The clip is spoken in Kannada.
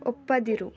ಒಪ್ಪದಿರು